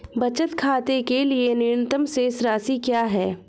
बचत खाते के लिए न्यूनतम शेष राशि क्या है?